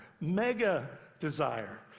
mega-desire